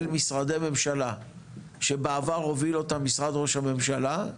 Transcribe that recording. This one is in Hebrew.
משרדי ממשלה שבעבר הוביל אותה משרד ראש הממשלה,